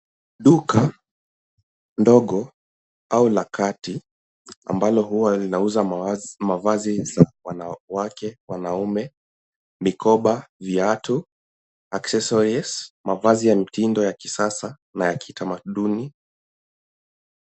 Duka ndogo au la kati ambalo huwa linauza mavazi za wanawake, wanaume, mikoba, viatu, accessories , mavazi ya mitindo ya kisasa na ya kitamaduni.